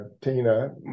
Tina